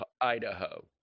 Idaho